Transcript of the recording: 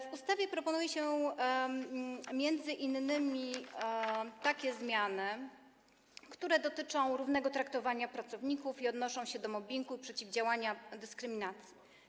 W ustawie proponuje się m.in. takie zmiany, które dotyczą równego traktowania pracowników i odnoszą się do mobbingu i przeciwdziałania dyskryminacji.